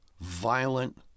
violent